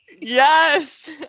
Yes